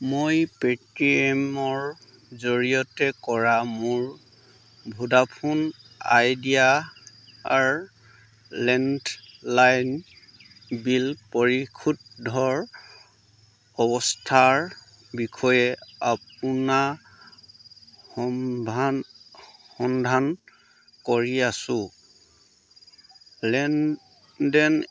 মই পেটিএমৰ জৰিয়তে কৰা মোৰ ভোডাফোন আইডিয়াৰ লেণ্ডলাইন বিল পৰিশোধৰ অৱস্থাৰ বিষয়ে আপোনাৰ সমধান সন্ধান কৰি আছোঁ লেনদেন